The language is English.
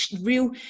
real